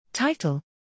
Title